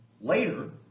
later